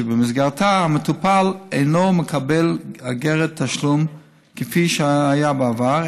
שבמסגרתם המטופל אינו מקבל אגרת תשלום כפי שהיה בעבר,